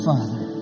Father